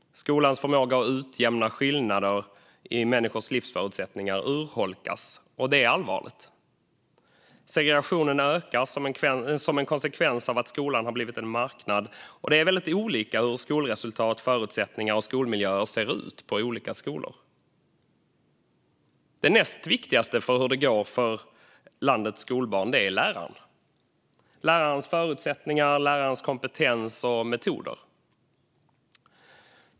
Skolans förmåga att utjämna skillnader i människors livsförutsättningar urholkas, och det är allvarligt. Segregationen ökar som en konsekvens av att skolan har blivit en marknad, och det är väldigt olika hur skolresultat, förutsättningar och skolmiljöer ser ut på olika skolor. Det näst viktigaste för hur det går för landets skolbarn är läraren - lärarens förutsättningar, kompetens och metoder.